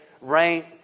rain